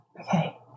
Okay